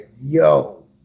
yo